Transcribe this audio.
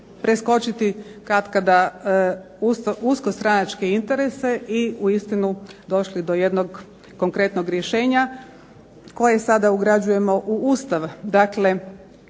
preskočiti katkada uskostranačke interese i uistinu došli do jednog konkretnog rješenja koje sada ugrađujemo u Ustav.